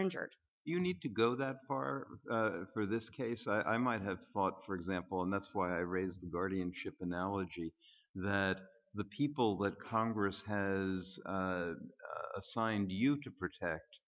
injured you need to go that far for this case i might have thought for example and that's why i raised the guardianship analogy that the people that congress has assigned you to protect